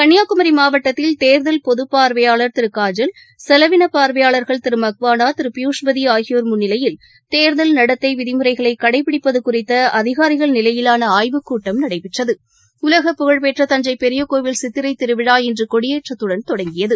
கன்னியாகுமரிமாவட்டத்தில் தேர்தல் பொதுப்பார்வையாளர் திருகாஜல் செலவினப்பார்வையாளர்கள் திருபியூஷ்பதிஆகியோர் திருமக்வானா முன்னிலையில் தேர்தல் நடத்தைவிதிமுறைகளைகடைபிடிப்பதுகுறித்தஅதிகாரிகள் நிலையிலானஆய்வுக்கூட்டம் நடைபெற்றது உலகப்புகழ்பெற்ற தஞ்சைபெரியகோவில் சித்திரைத் திருவிழா இன்றுகொடியேற்றத்துடன் தொடங்கியது